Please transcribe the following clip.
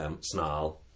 Snarl